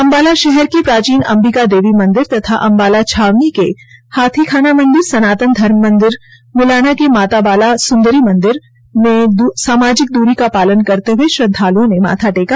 अम्बाला शहर के प्राचीन अंबिका देवी मंदिर तथा अंबाला छावनी के हाथी खाना मंदिर सनातन धर्म मंदिर मुलाना के माता बाला सुंदरी मंदिर में सामाजिक दूरी का पालन करते हुए श्रद्वालुओं ने माथा टेका